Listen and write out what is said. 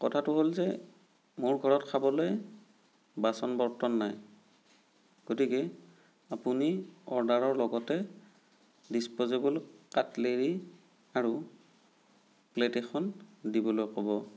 কথাটো হ'ল যে মোৰ ঘৰত খাবলৈ বাচন বৰ্তন নাই